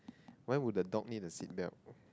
why would the dog need the seat belt